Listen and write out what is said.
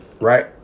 right